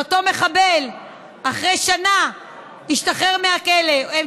שאותו מחבל ישתחרר מהכלא אחרי שנה.